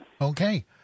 Okay